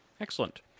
Excellent